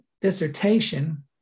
dissertation